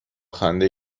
خنده